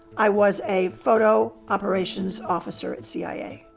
i was a photo operations officer at cia.